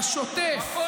בשוטף,